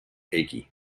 achy